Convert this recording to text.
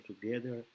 together